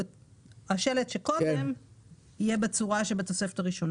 שהשלט יהיה בצורה שבתוספת הראשונה.